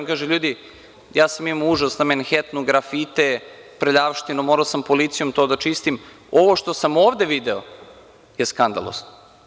On kaže – ljudi, ja sam imao užas na Menhetnu, grafite, prljavštinu, morao sam policijom to da čistim, a ovo što sam ovde video je skandalozno.